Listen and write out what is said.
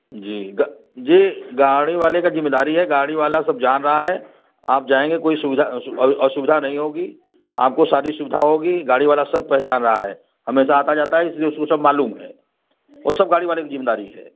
जी गा जी गाड़ी वाले का ज़िम्मेदारी है गाड़ी वाला सब जान रहा है आप जाएँगे कोई सुविधा असुविधा नहीं होगी आपको सारी सुविधा होगी गाड़ी वाला सब पहचान रहा है हमेशा आता जाता है इसलिए उसको सब मालूम है वह सब गाड़ी वाले की ज़िम्मेदारी है